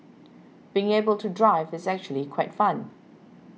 being able to drive is actually quite fun